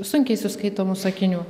sunkiai suskaitomų sakinių